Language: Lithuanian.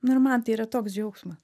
nu ir man tai yra toks džiaugsma